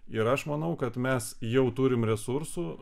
ir aš manau kad mes jau turim resursų